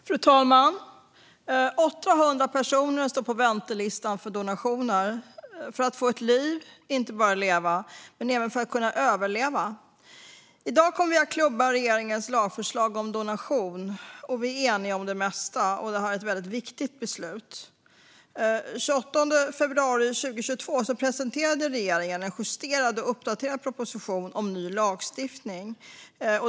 Fru talman! Det är 800 personer som står på väntelistan för donationer - för att få ett liv och inte bara leva men även för att kunna överleva. I dag kommer vi att klubba regeringens lagförslag om donation, och vi är eniga om det mesta. Det här är ett väldigt viktigt beslut. Den 28 februari 2022 presenterade regeringen en justerad och uppdaterad proposition om ny lagstiftning.